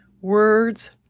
Words